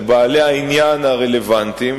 לבעלי העניין הרלוונטיים,